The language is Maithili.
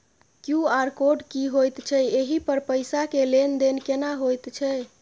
क्यू.आर कोड की होयत छै एहि पर पैसा के लेन देन केना होयत छै?